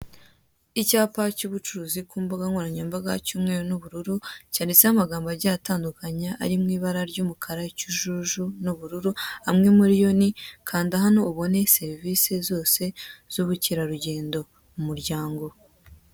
Icyapa cy'ubucururi ku mbugankoranyambaga cy'umweru n'ubururu; cyanditseho amagambo agiye atandukanye ari mu ibara: ry'umukara, ikijuju n'ubururu, amwe muri ayo ni'' kanda hano ubone serivise zose z'ubukerarugendo umuryango''.